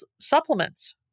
supplements